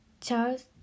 Charles